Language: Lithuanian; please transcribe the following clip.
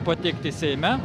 pateikti seime